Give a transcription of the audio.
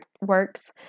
works